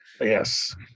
Yes